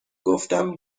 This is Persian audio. گفتم